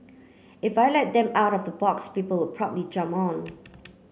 if I let them out of the box people probably jump on